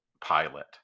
pilot